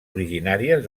originàries